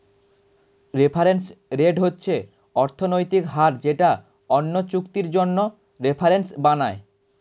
reference rate হচ্ছে অর্থনৈতিক হার যেটা অন্য চুক্তির জন্য রেফারেন্স বানায়